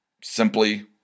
simply